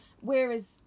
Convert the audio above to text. whereas